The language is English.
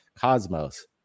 cosmos